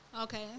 Okay